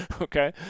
okay